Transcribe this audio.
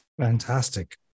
Fantastic